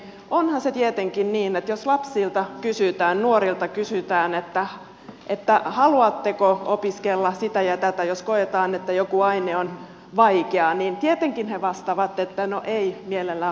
onhan se tietenkin niin että jos lapsilta ja nuorilta kysytään että haluatteko opiskella sitä ja tätä niin jos he kokevat että joku aine on vaikea tietenkin he vastaavat että no en mielellään halua